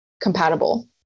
compatible